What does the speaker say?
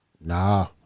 Nah